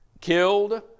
killed